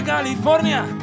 California